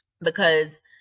because-